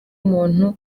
umuntu